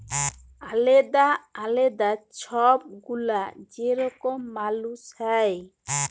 আলেদা আলেদা ছব গুলা যে রকম মালুস হ্যয়